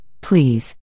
please